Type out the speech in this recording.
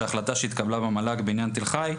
שההחלטה שהתקבלה במל"ג בעניין תל חי,